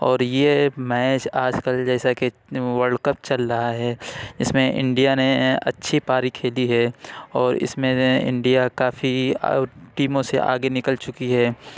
اور یہ میچ آج کل جیسا کہ ورلڈ کپ چل رہا ہے اس میں انڈیا نے اچھی پاری کھیلی ہے اور اس میں انڈیا کافی اور ٹیموں سے آگے نکل چکی ہے